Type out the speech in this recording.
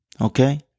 okay